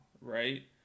right